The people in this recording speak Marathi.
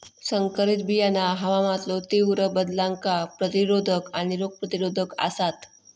संकरित बियाणा हवामानातलो तीव्र बदलांका प्रतिरोधक आणि रोग प्रतिरोधक आसात